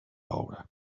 obra